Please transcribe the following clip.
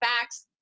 facts